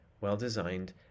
Well-designed